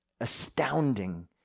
astounding